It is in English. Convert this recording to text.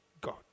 God